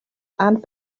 and